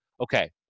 okay